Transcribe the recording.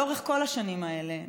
לאורך כל השנים האלה,